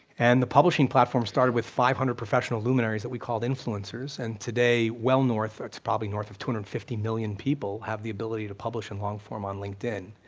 and the publishing platform started with five hundred professional luminaries, that we called influencers, and today well north, it's probably north of two hundred and fifty million people have the ability to publish in long form on linkedin.